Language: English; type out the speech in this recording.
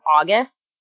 August